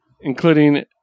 Including